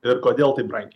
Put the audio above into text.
ir kodėl taip brangiai